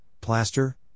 plaster